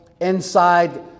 inside